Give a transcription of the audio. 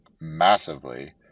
massively